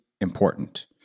important